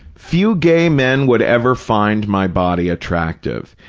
few gay men would ever find my body attractive.